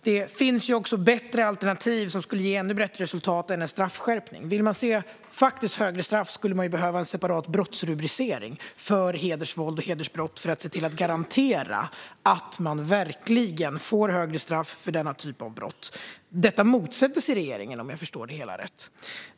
Det finns också bättre alternativ som skulle ge ännu bättre resultat än en straffskärpning. Om man faktiskt vill se hårdare straff skulle man behöva en separat brottsrubricering för hedersvåld och hedersbrott för att se till att garantera att man verkligen får hårdare straff för denna typ av brott. Detta motsätter sig regeringen, om jag förstår det hela rätt.